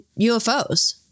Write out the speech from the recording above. UFOs